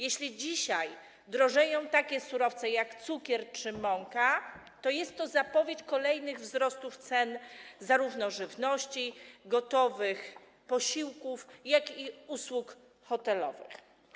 Jeśli dzisiaj drożeją takie surowce jak cukier czy mąka, to jest to zapowiedź kolejnych wzrostów cen zarówno żywności, gotowych posiłków, jak i usług hotelowych.